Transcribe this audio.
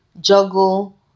juggle